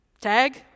Tag